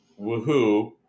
woohoo